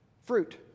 fruit